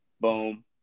boom